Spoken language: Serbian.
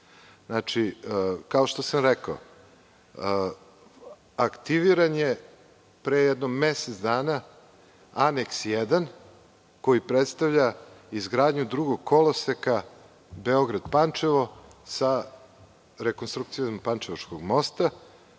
voz. Kao što sam rekao, aktiviran je pre jedno mesec dana Aneks 1. koji predstavlja izgradnju drugog koloseka Beograd – Pančevo, sa rekonstrukcijom Pančevačkog mosta.